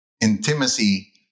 Intimacy